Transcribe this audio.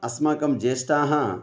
अस्माकं ज्येष्ठाः